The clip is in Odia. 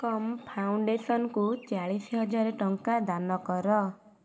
ଏକମ୍ ଫାଉଣ୍ଡେସନ୍କୁ ଚାଳିଶ ହଜାର ଟଙ୍କା ଦାନ କର